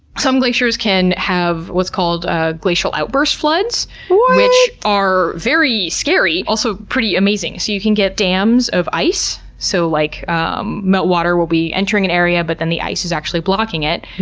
some glaciers can have what's called ah glacial outburst floods which are very scary, and also pretty amazing. so you can get dams of ice, so like um meltwater will be entering an area, but then the ice is actually blocking it.